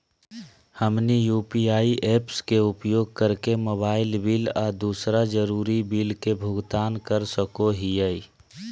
हमनी UPI apps के उपयोग करके मोबाइल बिल आ दूसर जरुरी बिल के भुगतान कर सको हीयई